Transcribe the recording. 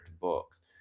books